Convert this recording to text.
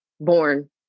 born